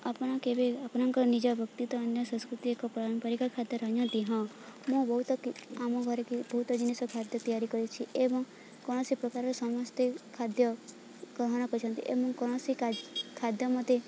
ଆପଣ କେବେ ଆପଣଙ୍କର ନିଜ ବ୍ୟକ୍ତିତ୍ୱ ଅନ୍ୟ ସଂସ୍କୃତି ଏକ ପାରମ୍ପରିକ ଖାଦ୍ୟ ରହିଚନ୍ତି ହଁ ମୁଁ ବହୁତ ଆମ ଘରେ କି ବହୁତ ଜିନିଷ ଖାଦ୍ୟ ତିଆରି କରିଛି ଏବଂ କୌଣସି ପ୍ରକାରର ସମସ୍ତେ ଖାଦ୍ୟ ଗ୍ରହଣ କରିଛନ୍ତି ଏବଂ କୌଣସି ଖାଦ୍ୟ ମତେ